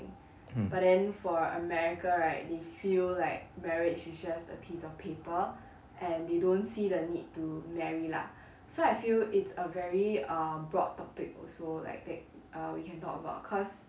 mm